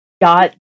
got